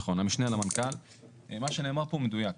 מה שנאמר פה מדויק,